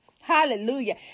Hallelujah